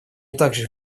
также